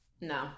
No